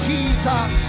Jesus